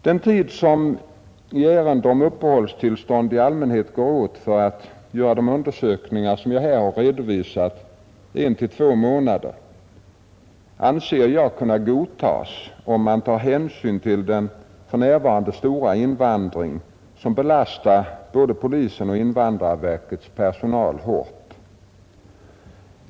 Den tid som i ärenden om uppehållstillstånd i allmänhet går åt för att göra de undersökningar som jag här har redovisat, 1—2 månader, anser jag kunna godtas, om man tar hänsyn till den för närvarande stora invandring som belastar både polisens och invandrarverkets personal hårt.